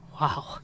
Wow